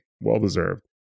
Well-deserved